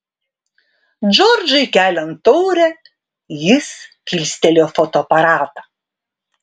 džordžui keliant taurę jis kilstelėjo fotoaparatą